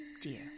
dear